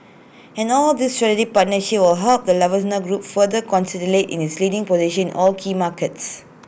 and all these strategic partnerships will help the Lufthansa group further consolidate in its leading position all key markets